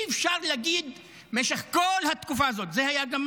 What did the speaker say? אי-אפשר להגיד במשך כל התקופה הזאת, זה היה גם